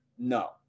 No